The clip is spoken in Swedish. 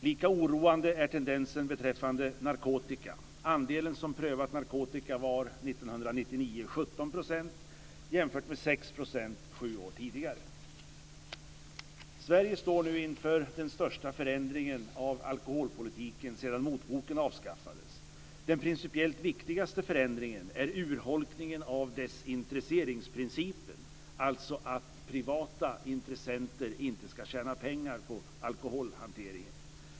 Lika oroande är tendensen beträffande narkotika. Sverige står nu inför den största förändringen av alkoholpolitiken sedan motboken avskaffades. Den principiellt viktigaste förändringen är urholkningen av desintresseringsprincipen, alltså att privata intressenter inte ska tjäna pengar på alkoholhanteringen.